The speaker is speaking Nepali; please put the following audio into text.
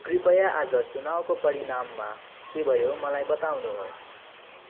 कृपया आज चुनावको परिणाममा के भयो मलाई बताउनुहोस्